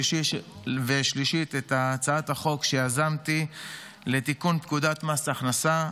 ושלישית את הצעת החוק שיזמתי לתיקון פקודת מס הכנסה,